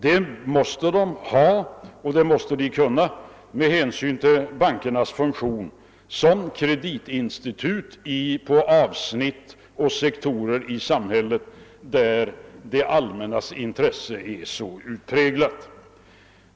Detta är nödvändigt med hänsyn till bankernas funktion som kreditinstitut inom samhällssektorer där det allmännas intresse är så utpräglat.